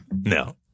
No